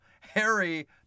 Harry